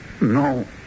No